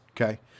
Okay